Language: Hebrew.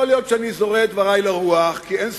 יכול להיות שאני זורה את דברי לרוח, כי אין סיכוי.